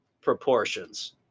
proportions